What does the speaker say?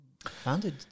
founded